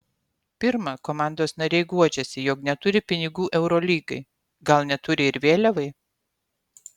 pirma komandos nariai guodžiasi jog neturi pinigų eurolygai gal neturi ir vėliavai